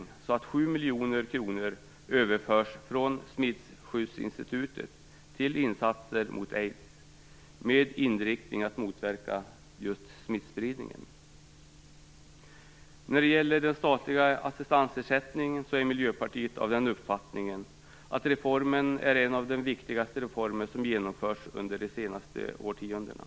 Vi vill nämligen att 7 miljoner kronor överförs från Smittskyddsinstitutet till insatser mot aids, med inriktningen att motverka just smittspridning. Miljöpartiet av den uppfattningen att reformen är en av de viktigaste reformer som genomförts under de senaste årtiondena.